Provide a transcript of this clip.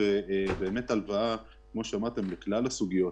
הלוואה של 15,000 לכלל הסוגיות